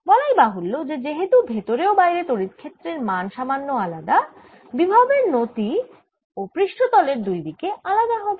বলাই বাহুল্য যে যেহেতু ভেতরে ও বাইরে তড়িৎ ক্ষেত্রের মান সামান্য আলাদা বিভব এর নতি ও পৃষ্ঠ তলের দুই দিকে আলাদা হবে